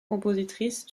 compositrice